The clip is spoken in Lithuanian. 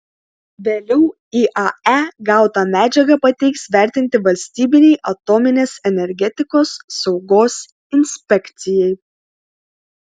vėliau iae gautą medžiagą pateiks vertinti valstybinei atominės energetikos saugos inspekcijai